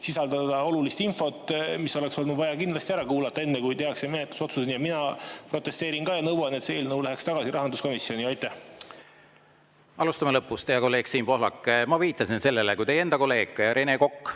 sisaldada olulist infot, mis oleks olnud vaja kindlasti ära kuulata, enne kui tehti menetlusotsused. Ka mina protesteerin ja nõuan, et see eelnõu läheks tagasi rahanduskomisjoni. Alustame lõpust, hea kolleeg Siim Pohlak. Ma viitasin sellele, et teie enda kolleeg Rene Kokk